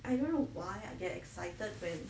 I don't know why I get excited when